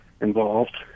involved